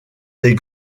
des